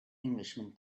englishman